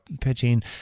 pitching